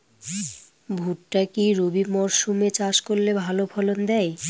ভুট্টা কি রবি মরসুম এ চাষ করলে ভালো ফলন দেয়?